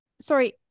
sorry